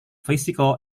physical